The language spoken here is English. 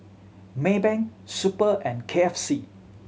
Maybank Super and K F C